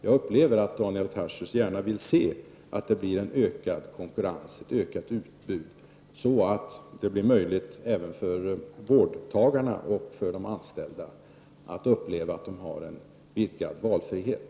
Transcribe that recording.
Jag upplever det som att Daniel Tarschys gärna vill se att det blir en ökad konkurrens och ett ökat utbud, så att det blir möjligt för vårdtagarna och för de anställda att få en vidgad valfrihet.